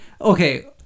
Okay